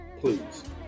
Please